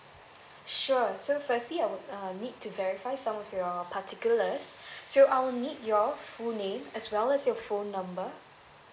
sure so firstly I would uh need to verify some of your particulars so I will need your full name as well as your phone number